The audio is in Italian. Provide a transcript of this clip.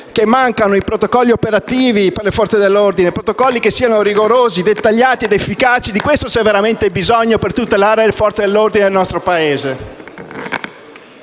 che mancano i protocolli operativi per le Forze dell'ordine, protocolli che siano rigorosi, dettagliati ed efficaci. Di questo c'è veramente bisogno per tutelare le Forze dell'ordine nel nostro Paese.